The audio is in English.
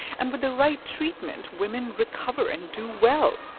and with the right treatment, women recover and do well.